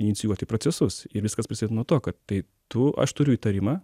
inicijuoti procesus ir viskas prasideda nuo to kad tai tu aš turiu įtarimą